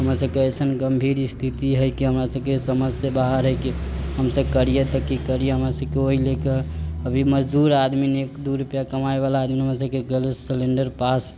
हमरा सबके एसन गंभीर स्थिति है की हमरा सबके समझ से बाहर है की हमसब करियै तऽ की करियै ओहि लेके अभी मजदूर आदमी दू रूपैआ कमाय बला सिलेंडर पास